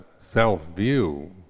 self-view